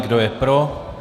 Kdo je pro?